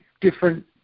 Different